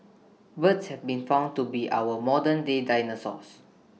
birds have been found to be our modern day dinosaurs